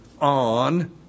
on